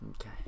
Okay